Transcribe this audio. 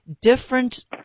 different